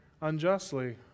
unjustly